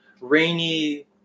rainy